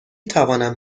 توانم